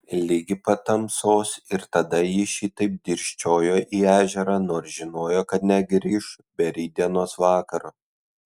ligi pat tamsos ir tada ji šitaip dirsčiojo į ežerą nors žinojo kad negrįš be rytdienos vakaro